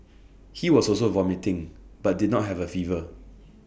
he was also vomiting but did not have A fever